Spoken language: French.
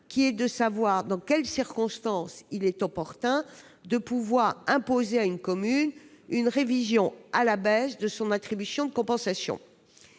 plus générale : dans quelles circonstances est-il opportun de pouvoir imposer à une commune une révision à la baisse de son attribution de compensation